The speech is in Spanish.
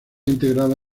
integrada